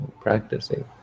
practicing